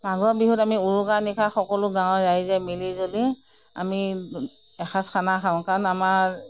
মাঘৰ বিহুত আমি উৰুকাৰ নিশা সকলো গাওঁৰ ৰাইজে মিলিজুলি আমি এসাঁজ খানা খাওঁ কাৰণ আমাৰ